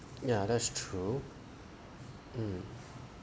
ya that's true mm